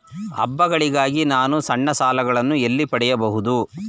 ಹಬ್ಬಗಳಿಗಾಗಿ ನಾನು ಸಣ್ಣ ಸಾಲಗಳನ್ನು ಎಲ್ಲಿ ಪಡೆಯಬಹುದು?